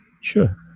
Sure